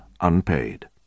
unpaid